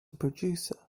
producer